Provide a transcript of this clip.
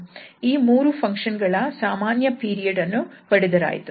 ಈ ಮೂರು ಫಂಕ್ಷನ್ ಗಳ ಸಾಮಾನ್ಯ ಪೀರಿಯಡ್ ಅನ್ನು ಪಡೆದರಾಯಿತು ಅಷ್ಟೇ